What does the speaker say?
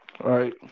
Right